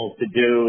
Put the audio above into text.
to-do